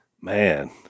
man